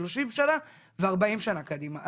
30 שנה ו-40 שנה קדימה.